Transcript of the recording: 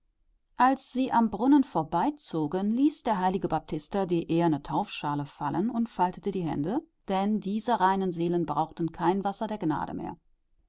als sie am brunnen vorbeizogen ließ der heilige baptista die eherne taufschale fallen und faltete die hände denn diese reinen seelen brauchten kein wasser der gnade mehr